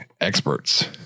Experts